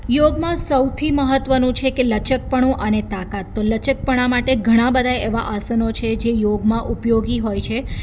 યોગમાં સૌથી મહત્વનું છે કે લચકપણું અને તાકાત તો લચકપણા માટે ઘણા બધા એવા આસનો છે જે યોગમાં ઉપયોગી હોય છે